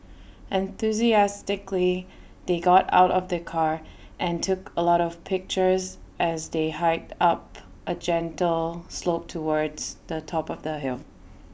enthusiastically they got out of the car and took A lot of pictures as they hiked up A gentle slope towards the top of the hill